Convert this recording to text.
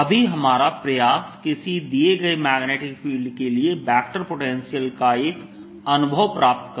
अभी हमारा प्रयास किसी दिए गए मैग्नेटिक फील्ड के लिए वेक्टर पोटेंशियल का एक अनुभव प्राप्त करना है